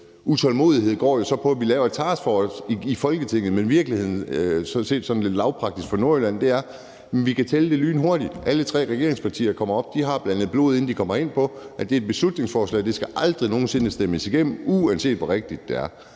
utålmodighed går jo så på, at vi laver et taskforce i Folketinget, men virkeligheden er, set sådan lidt lavpraktisk fra Nordjylland, og vi kan tælle det lynhurtigt, at alle tre regeringspartier kommer op, og at de har blandet blod, inden de kommer herind, i forhold til at det er et beslutningsforslag, og at de aldrig nogen sinde skal stemmes igennem, uanset hvor rigtigt det er.